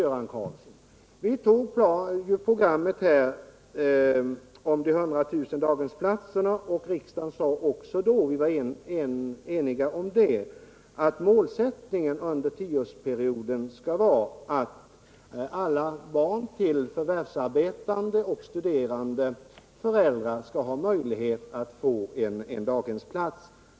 När vi antog progammet om dessa 100 000 daghemsplatser uttalade riksdagen enhälligt att målsättningen under tioårsperioden skulle vara att alla barn till förvärvsarbetande och studerande föräldrar skulle få möjlighet till en daghemsplats.